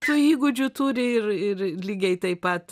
šių įgūdžių turi ir ir lygiai taip pat